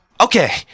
Okay